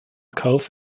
kauf